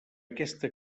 aquesta